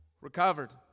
recovered